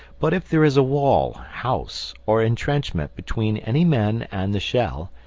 but if there is a wall, house, or entrenchment between any men and the shell,